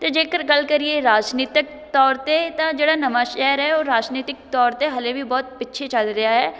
ਅਤੇ ਜੇਕਰ ਗੱਲ ਕਰੀਏ ਰਾਜਨੀਤਿਕ ਤੌਰ 'ਤੇ ਤਾਂ ਜਿਹੜਾ ਨਵਾਂਸ਼ਹਿਰ ਹੈ ਉਹ ਰਾਜਨੀਤਿਕ ਤੌਰ 'ਤੇ ਹਲੇ ਵੀ ਬਹੁਤ ਪਿੱਛੇ ਚੱਲ ਰਿਹਾ ਹੈ